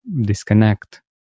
disconnect